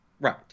Right